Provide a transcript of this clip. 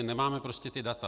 Nemáme prostě ta data.